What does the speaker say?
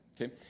okay